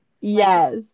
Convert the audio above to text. Yes